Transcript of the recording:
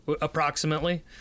approximately